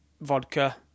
vodka